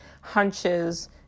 hunches